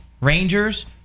Rangers